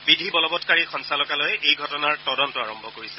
বিধি বলবৎকাৰী সঞালকালয়ে এই ঘটনাৰ তদন্ত আৰম্ভ কৰিছে